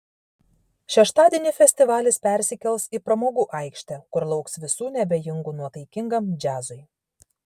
šeštadienį festivalis persikels į pramogų aikštę kur lauks visų neabejingų nuotaikingam džiazui